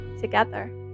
together